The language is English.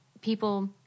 people